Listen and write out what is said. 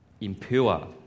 impure